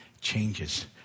changes